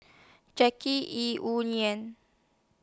Jackie Yi Wu Ling